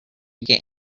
get